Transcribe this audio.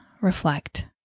reflect